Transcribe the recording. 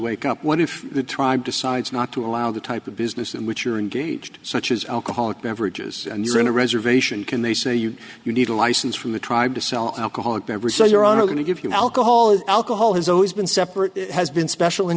wake up one of the tribe decides not to allow the type of business in which you're in gauged such as alcoholic beverages and you're in a reservation can they say you you need a license from the tribe to sell alcoholic beverages or are going to give you alcohol is alcohol has always been separate has been special in